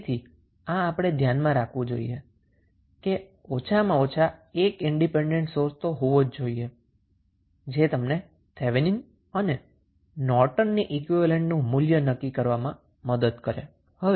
તેથી આ આપણે ધ્યાનમાં રાખવું જોઈએ કે ઓછામાં ઓછો એક ઈન્ડીપેન્ડન્ટ સોર્સ હોવો જોઈએ જે તમને થેવેનિન અને નોર્ટનનુ ઈક્વીવેલેન્ટનું મૂલ્ય નક્કી કરવામાં મદદ કરે છે